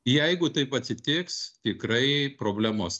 jeigu taip atsitiks tikrai problemos